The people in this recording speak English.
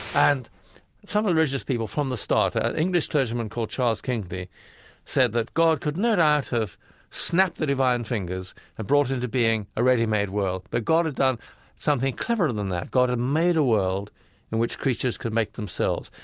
and some religious people from the start, an english clergyman called charles kingsley said that god could no doubt have snapped the divine fingers and brought into being a ready-made world, world, that but god had done something cleverer than that god had made a world in which creatures could make themselves.